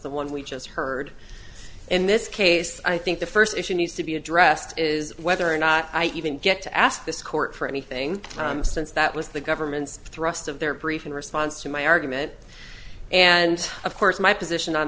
the one we just heard in this case i think the first issue needs to be addressed is whether or not i even get to ask this court for anything time since that was the government's thrust of their brief in response to my argument and of course my position on